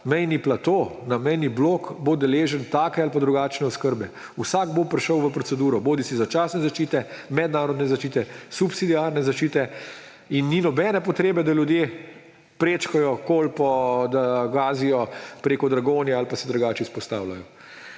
mejni plato, na mejnih blok, bo deležen take ali drugačne oskrbe. Vsak bo prišel v proceduro, bodisi začasne zaščite, mednarodne zaščite, subsidiarne zaščite, in ni nobene potrebe, da ljudje prečkajo Kolpo, da gazijo preko Dragonje ali pa se drugače izpostavljajo.